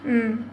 mm